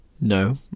No